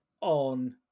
on